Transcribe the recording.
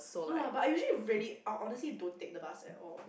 no lah but I usually really I honestly don't take the bust at all